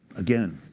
again,